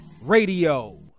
radio